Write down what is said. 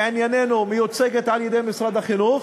שלענייננו מיוצגת על-ידי משרד החינוך,